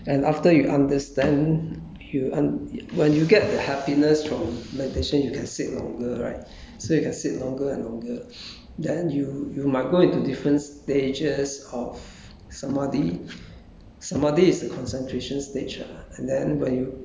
so the is the way to end it is through meditation and after you understand you un~ when you get the happiness from meditation you can sit longer right so you can sit longer and longer then you you might go into different stages of samadhi